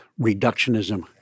reductionism